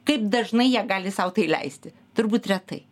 kaip dažnai jie gali sau tai leisti turbūt retai